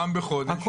פעם בחודש,